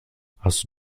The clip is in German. hast